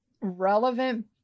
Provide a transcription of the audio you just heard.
relevant